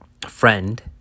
friend